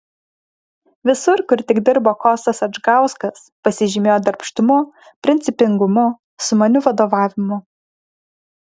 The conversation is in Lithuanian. visur kur tik dirbo kostas adžgauskas pasižymėjo darbštumu principingumu sumaniu vadovavimu